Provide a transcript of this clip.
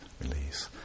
release